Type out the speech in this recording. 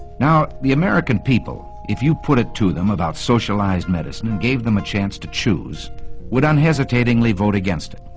now the american people if you put it to them about socialised medicine, and gave them a chance to choose would unhesitatingly vote against